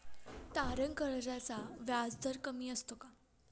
तारण कर्जाचा व्याजदर कमी असतो का?